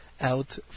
out